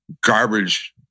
garbage